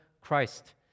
Christ